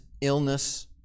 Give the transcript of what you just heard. illness